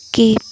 skip